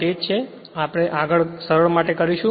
તે પછી આપણે ફક્ત સરળ કરવા માટે કરીશું